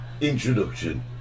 introduction